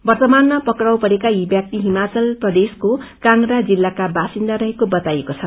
वर्त्तमानमा पक्राउ परेका यी व्यक्ति हिमाचल प्रदेशको कांगड़ा जिल्लाका बासिन्दा रहेको बताइएको छ